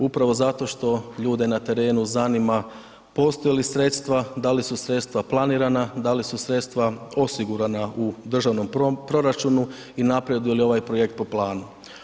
Upravo zato što ljude na terenu zanima postoje li sredstva, da li su sredstva planirana, da li su sredstva osigurana u državnom proračunu i napreduje li ovaj projekt po planu.